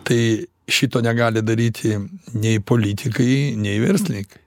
tai šito negali daryti nei politikai nei verslinikai